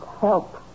help